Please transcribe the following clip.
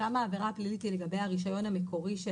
שם העבירה הפלילית היא לגבי הרישיון המקורי.